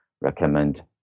recommend